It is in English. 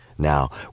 Now